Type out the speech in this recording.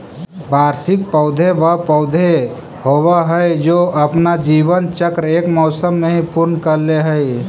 वार्षिक पौधे व पौधे होवअ हाई जो अपना जीवन चक्र एक मौसम में ही पूर्ण कर ले हई